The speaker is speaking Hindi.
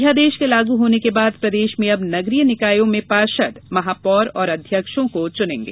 अध्यादेश के लागू होने के बाद प्रदेश में अब नगरीय निकायों में पार्षद महापौर और अध्यक्षों को चूनेंगे